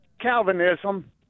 calvinism